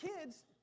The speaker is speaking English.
kids